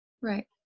right